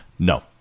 No